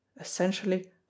essentially